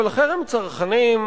אבל חרם צרכנים,